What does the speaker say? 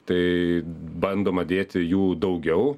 tai bandoma dėti jų daugiau